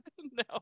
No